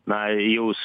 na jaus